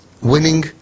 winning